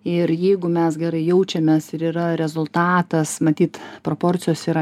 ir jeigu mes gerai jaučiamės ir yra rezultatas matyt proporcijos yra